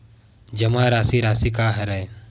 जमा राशि राशि का हरय?